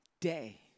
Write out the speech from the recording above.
day